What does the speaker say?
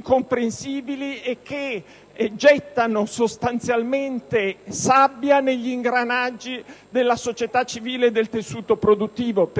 caotica disorganicità gettano sostanzialmente sabbia negli ingranaggi della società civile e del tessuto produttivo.